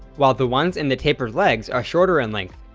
while the ones in the tapered legs are shorter in length.